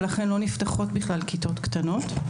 ולכן לא נפתחות בכלל כיתות קטנות.